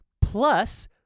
plus